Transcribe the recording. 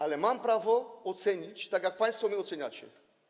Ale mam prawo ocenić, tak jak państwo mnie oceniacie.